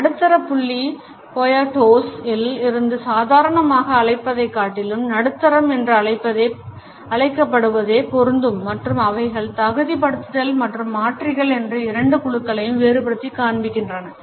ஒரு நடுத்தர புள்ளி Poyatos இல் இருந்து சாதாரணமாக அழைப்பதைக் காட்டிலும் நடுத்தரம் என்று அழைக்கப் படுவதே பொருந்தும் மற்றும் அவைகள் தகுதி படுத்திகள் மற்றும் மாற்றிகள் என்ற இரண்டு குழுக்களையும் வேறுபடுத்திக் காண்பிக்கின்றன